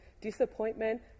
disappointment